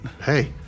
Hey